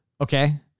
Okay